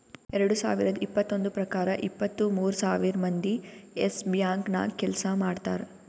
ಎರಡು ಸಾವಿರದ್ ಇಪ್ಪತ್ತೊಂದು ಪ್ರಕಾರ ಇಪ್ಪತ್ತು ಮೂರ್ ಸಾವಿರ್ ಮಂದಿ ಯೆಸ್ ಬ್ಯಾಂಕ್ ನಾಗ್ ಕೆಲ್ಸಾ ಮಾಡ್ತಾರ್